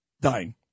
dying